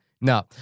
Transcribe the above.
No